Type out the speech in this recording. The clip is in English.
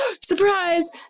surprise